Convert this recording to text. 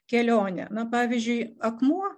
kelionę na pavyzdžiui akmuo